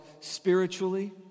spiritually